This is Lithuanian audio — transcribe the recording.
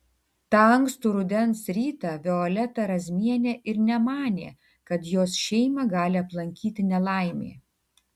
tą ankstų rudens rytą violeta razmienė ir nemanė kad jos šeimą gali aplankyti nelaimė